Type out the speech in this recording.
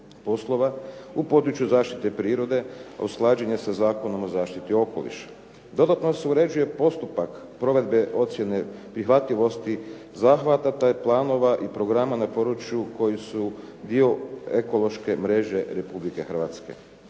u području zaštite prirode, a usklađen je sa Zakonom o zaštiti okoliša. Dodatno se uređuje postupak provedbe ocjene prihvatljivosti zahvata, te planova i programa na području koji su dio ekološke mreže Republike Hrvatske.